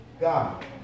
God